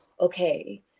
okay